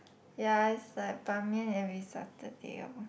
ya it's like ban mian every Saturday lor